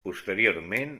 posteriorment